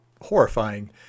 horrifying